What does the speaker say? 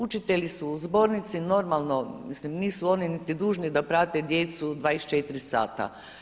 Učitelji su u zbornici, normalno nisu oni niti dužni da prate djecu 24 sata.